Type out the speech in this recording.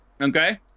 Okay